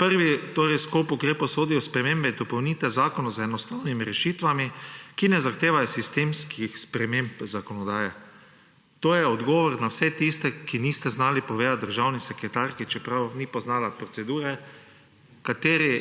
prvi sklop ukrepov sodijo spremembe in dopolnitve zakona z enostavnimi rešitvami, ki ne zahtevajo sistemskih sprememb zakonodaje. To je odgovor na vse tiste, ki niste znali povedati državni sekretarki, čeprav ni poznala procedure, kateri